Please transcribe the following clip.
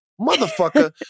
motherfucker